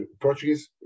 Portuguese